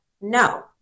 No